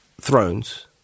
Thrones